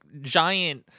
giant